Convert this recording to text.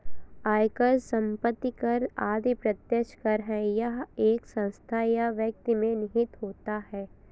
आयकर, संपत्ति कर आदि प्रत्यक्ष कर है यह एक संस्था या व्यक्ति में निहित होता है